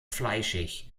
fleischig